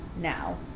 now